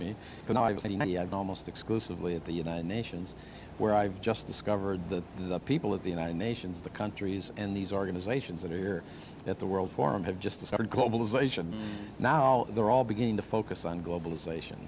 was almost exclusively at the united nations where i've just discovered that the people of the united nations the countries and these organizations that are here at the world forum have just discovered globalization now they're all beginning to focus on globalization